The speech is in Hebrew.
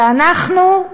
ואנחנו,